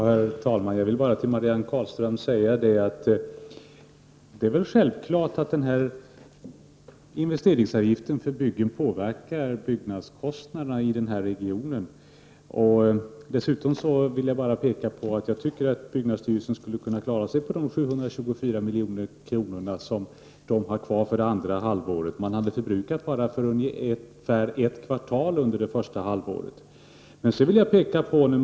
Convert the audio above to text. Herr talman! Jag vill bara till Marianne Carlström säga att investeringsavgiften för byggen självfallet påverkar byggnadskostnaderna i regionen. Dessutom vill jag peka på att jag tycker att byggnadsstyrelsen skulle kunna klara sig på de 724 milj.kr. som den har kvar för det andra halvåret. Man hade under det första halvåret förbrukat pengar för endast ungefär ett kvartal.